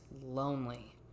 lonely